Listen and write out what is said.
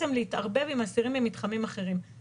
אי-אפשר לחשוב על הכנסת הכלי הזה בפרופורציה כזו או